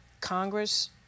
Congress